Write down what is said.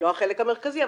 לא החלק המרכזי,